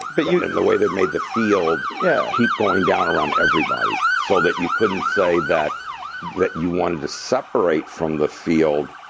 but you in the way they made the field yeah keep going down around everybody so that you couldn't say that that you wanted to separate from the field,